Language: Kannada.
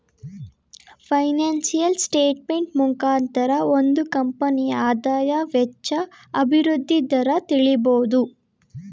ಫೈನಾನ್ಸಿಯಲ್ ಸ್ಟೇಟ್ಮೆಂಟ್ ಮುಖಾಂತರ ಒಂದು ಕಂಪನಿಯ ಆದಾಯ, ವೆಚ್ಚ, ಅಭಿವೃದ್ಧಿ ದರ ತಿಳಿಬೋದು